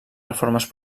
reformes